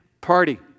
party